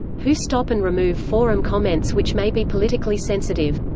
who stop and remove forum comments which may be politically sensitive.